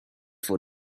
for